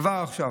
כבר עכשיו,